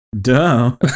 Duh